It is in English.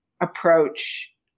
approach